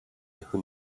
who